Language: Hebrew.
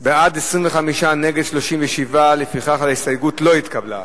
בעד, 25, נגד, 37. לפיכך ההסתייגות לא התקבלה.